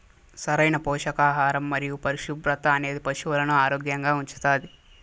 సరైన పోషకాహారం మరియు పరిశుభ్రత అనేది పశువులను ఆరోగ్యంగా ఉంచుతాది